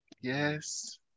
Yes